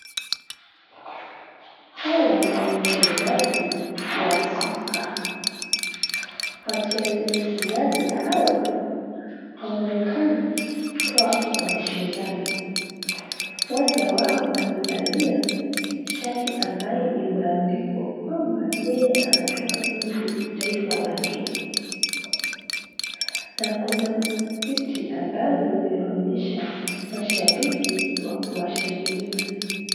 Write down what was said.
Hawa ni wachezaji wa soka, wachezaji hawa wanaonekana kuwa wanashindana mmoja wao amevalia shati ambayo imeandikwa kwamba yeye anatoka nchi taifa la kenya na kuna viti ambazo zinaonyesha mashabiki wa kuwashangilia.